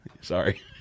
Sorry